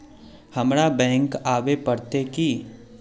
हमरा बैंक आवे पड़ते की?